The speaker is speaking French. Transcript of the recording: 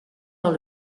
dans